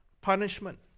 punishment